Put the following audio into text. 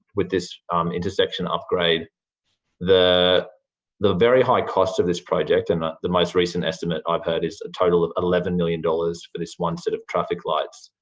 with this intersection upgrade the the very high cost of this project, and the most recent estimate i've heard is a total of eleven million dollars for this one set of traffic lights.